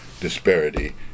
disparity